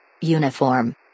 Uniform